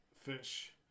Fish